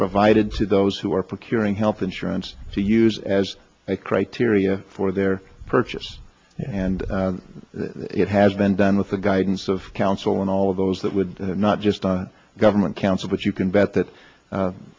provided to those who are procuring health insurance to use as a criteria for their purchase and it has been done with the guidance of counsel in all of those that would not just on government counsel but you can bet that